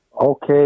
Okay